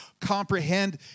comprehend